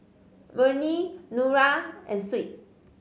Murni Nura and Shuib